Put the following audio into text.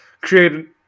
create